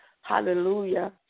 Hallelujah